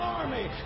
army